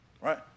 right